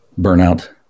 burnout